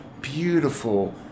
beautiful